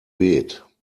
gebet